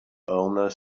owner